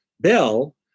bill